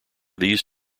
these